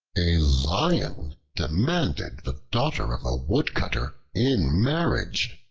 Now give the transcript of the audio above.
a lion demanded the daughter of a woodcutter in marriage.